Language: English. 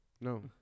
No